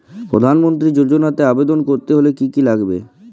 প্রধান মন্ত্রী যোজনাতে আবেদন করতে হলে কি কী লাগবে?